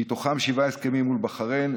ומתוכם שבעה הסכמים מול בחריין,